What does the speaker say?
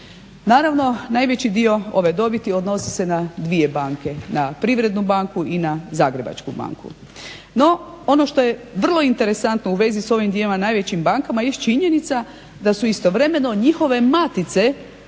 Naravno, najveći dio ove dobiti odnosi se na 2 banke, na Privrednu banku i na Zagrebačku banku. No, ono što je vrlo interesantno u vezi s ovim dvjema najvećim bankama jest činjenica da su istovremeno njihove matice